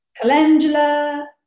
Calendula